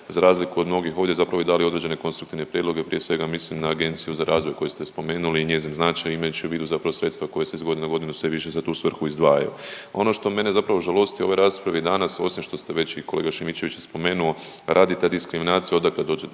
za razliku od mnogih ovdje, zapravo i dali određene konstruktivne prijedloge, prije svega mislim na Agenciju za razvoj, koju ste spomenuli i njezin značaj, imajući u vidu zapravo sredstva koja se iz godinu u godinu sve više za tu svrhu izdvajaju. Ono što mene zapravo žalosti u ovoj raspravi danas, osim što ste već i kolega Šimičević je spomenuo, radi ta diskriminacija, .../nerazumljivo/...